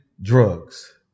drugs